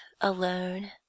ALONE